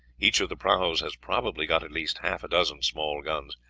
each of the prahus has probably got at least half a dozen small guns,